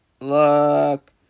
look